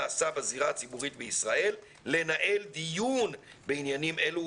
הנעשה בזירה הציבורית בישראל - לנהל דיון בעניינים אלו,